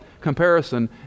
comparison